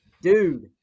dude